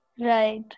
Right